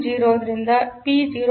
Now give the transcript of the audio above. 0 ರಿಂದ ಪಿ 0